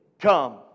come